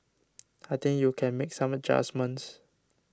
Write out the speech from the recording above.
I think you can make some adjustments